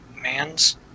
man's